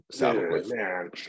man